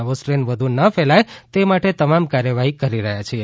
નવો સ્ટ્રેન વધુ ન ફેલાય તે માટે તમામ કાર્યવાહી કરી રહ્યા છીએ